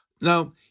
Now